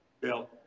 Bill